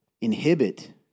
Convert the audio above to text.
inhibit